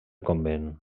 convent